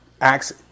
Acts